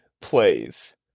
plays